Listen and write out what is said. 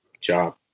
job